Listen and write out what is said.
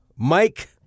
Mike